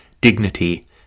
Dignity